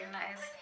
nice